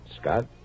Scott